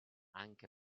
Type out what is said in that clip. anche